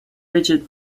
rigid